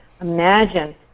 Imagine